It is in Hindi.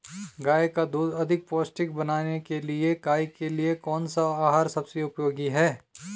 गाय का दूध अधिक पौष्टिक बनाने के लिए गाय के लिए कौन सा आहार सबसे उपयोगी है?